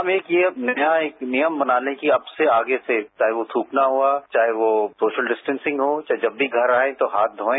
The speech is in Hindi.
हम एक नियम बना लें कि अब से आगे से चाहे वह थ्रकना हुआ चाहे वह सोशल डिस्टॅसिंग हो चाहे जब भी घर आए तो हाथ धोएं